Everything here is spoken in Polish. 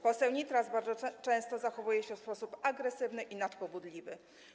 Poseł Nitras bardzo często zachowuje się w sposób agresywny i nadpobudliwy.